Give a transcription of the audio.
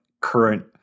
current